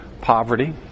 poverty